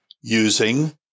using